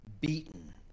beaten